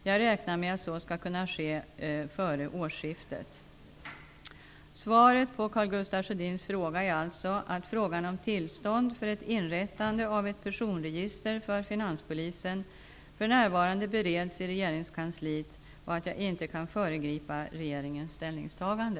Jag räknar med att så skall kunna ske före årsskiftet. Svaret på Karl Gustaf Sjödins fråga är alltså att frågan om tillstånd för ett inrättande av ett personregister för Finanspolisen för närvarande bereds i regeringskansliet och att jag inte kan föregripa regeringens ställningstagande.